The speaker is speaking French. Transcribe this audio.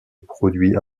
produit